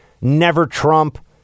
never-Trump